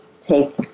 take